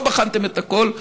לא בחנתם את הכול.